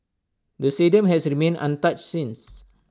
the stadium has remained untouched since